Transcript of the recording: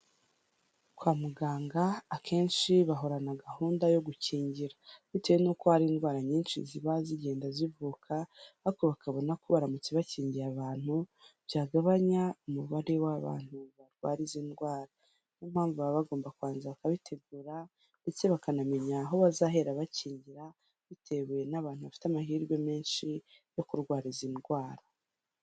Kwa muganga akenshi bahorana gahunda yo gukingira. Bitewe n'uko hari indwara nyinshi ziba zigenda zivuka, ariko bakabona ko baramutse bakingiye abantu, byagabanya umubare w'abantu barwara izi ndwara. Ni yo mpamvu baba bagomba kubanza bakabitegura ndetse bakanamenya aho bazahera bakingira, bitewe n'abantu bafite amahirwe menshi yo kurwara izi ndwara.